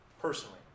personally